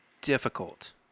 difficult